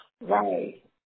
Right